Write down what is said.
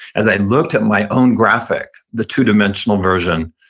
as i looked at my own graphic, the two-dimensional version,